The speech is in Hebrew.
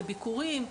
לביקורים.